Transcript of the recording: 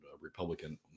Republican